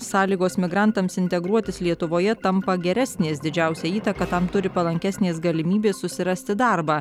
sąlygos migrantams integruotis lietuvoje tampa geresnės didžiausią įtaką tam turi palankesnės galimybės susirasti darbą